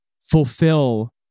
fulfill